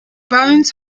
bones